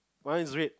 one is red